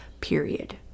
period